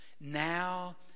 now